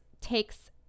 takes